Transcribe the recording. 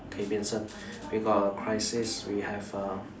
okay Vincent we got a crisis we have a